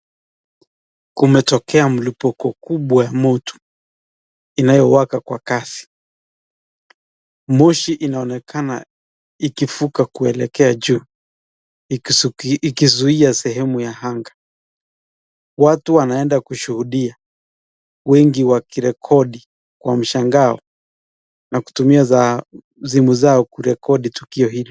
Kumetokea mlipuko kubwa wa moto, inayowaka kwa kasi. Moshi inaonekana ikivuka kuelekea juu ikizuia sehemu ya anga. Watu wanaenda kushuhudia ,wengi wakirekodi kwa mshangao na kutumia simu zao kurekodi tukio hilo.